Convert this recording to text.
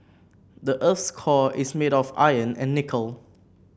the earth's core is made of iron and nickel